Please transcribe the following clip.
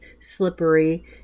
slippery